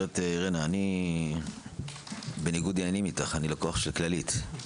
אני בניגוד עניינים איתך אני לקוח של כללית.